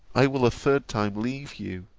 i will a third time leave you.